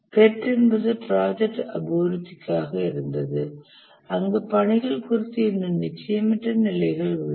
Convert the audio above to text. PERT என்பது project அபிவிருத்திக்காக இருந்தது அங்கு பணிகள் குறித்து இன்னும் நிச்சயமற்ற நிலைகள் உள்ளன